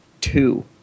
two